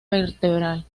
vertebral